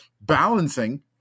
Balancing